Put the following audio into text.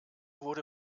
wurde